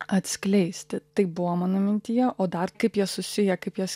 atskleisti tai buvo mano mintyje o dar kaip jie susiję kaip jie